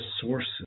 sources